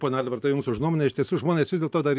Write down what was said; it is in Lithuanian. pone albertai jums už nuomonę iš tiesų žmonės vis dėlto dar